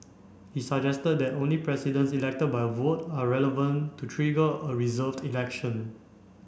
he suggested that only Presidents elected by a vote are relevant to trigger a reserved election